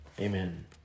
Amen